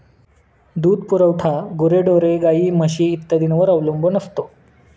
दूध पुरवठा गुरेढोरे, गाई, म्हशी इत्यादींवर अवलंबून असतो